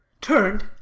turned